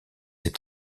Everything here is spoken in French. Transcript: est